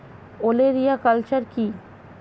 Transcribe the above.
ওলেরিয়া কালচার কি?